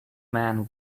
man